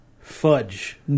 Fudge